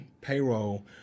payroll